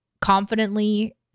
confidently